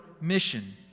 mission